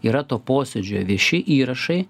yra to posėdžio vieši įrašai